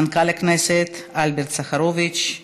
מנכ"ל הכנסת אלברט סחרוביץ,